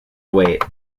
weight